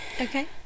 Okay